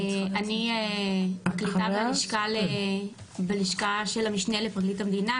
אני פרקליטה בלשכה של המשנה לפרקליט המדינה,